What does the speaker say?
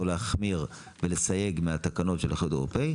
להחמיר ולסייג מהתקנות של האיחוד האירופי.